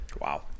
Wow